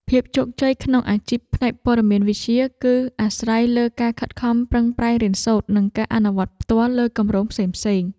ភាពជោគជ័យក្នុងអាជីពផ្នែកព័ត៌មានវិទ្យា គឺអាស្រ័យលើការខិតខំប្រឹងប្រែងរៀនសូត្រនិងការអនុវត្តផ្ទាល់លើគម្រោងផ្សេងៗ។